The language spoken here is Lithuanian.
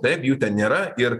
taip jų ten nėra ir